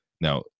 Now